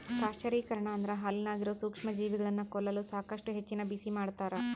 ಪಾಶ್ಚರೀಕರಣ ಅಂದ್ರ ಹಾಲಿನಾಗಿರೋ ಸೂಕ್ಷ್ಮಜೀವಿಗಳನ್ನ ಕೊಲ್ಲಲು ಸಾಕಷ್ಟು ಹೆಚ್ಚಿನ ಬಿಸಿಮಾಡ್ತಾರ